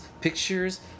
pictures